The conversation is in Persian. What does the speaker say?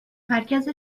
مرکز